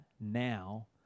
now